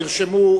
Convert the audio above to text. נרשמו,